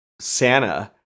Santa